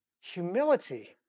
Humility